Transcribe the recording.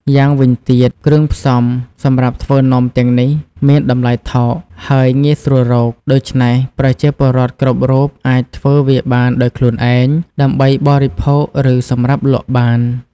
យ៉ាងវិញទៀតគ្រឿងផ្សំសម្រាប់ធ្វើនំទាំងនេះមានតម្លៃថោក ហើយងាយស្រួលរក ដូច្នេះប្រជាពលរដ្ឋគ្រប់រូបអាចធ្វើវាបានដោយខ្លួនឯងដើម្បីបរិភោគ ឬសម្រាប់លក់បាន។